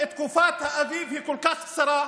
בנגב תקופת האביב היא כל כך קצרה,